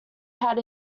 had